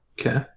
okay